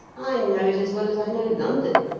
i know it as well as i know london,